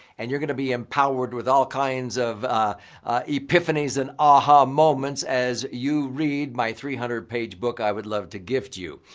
and you're going to be empowered with all kinds of epiphanies and aha moments as you read my three hundred page book i would love to gift you.